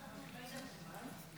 אני רוצה בזמן הקצר שיש